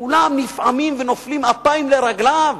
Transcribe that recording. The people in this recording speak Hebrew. וכולם נפעמים ונופלים אפיים לרגליו,